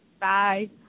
Bye